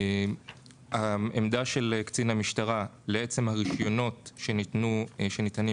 העמדה של קצין המשטרה לעצם הרישיונות שניתנים